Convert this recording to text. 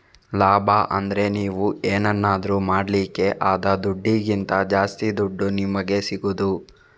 ಲಾಭ ಅಂದ್ರೆ ನೀವು ಏನನ್ನಾದ್ರೂ ಮಾಡ್ಲಿಕ್ಕೆ ಆದ ದುಡ್ಡಿಗಿಂತ ಜಾಸ್ತಿ ದುಡ್ಡು ನಿಮಿಗೆ ಸಿಗುದು